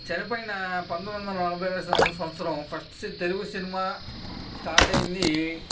చనిపోయిన పంతొమ్మిది వందల నలభైయవ సంవత్సరం first scene Telugu cinema start అయింది